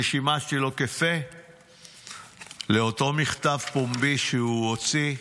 שימשתי לו כפה לאותו מכתב פומבי שהוציא.